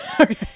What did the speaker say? Okay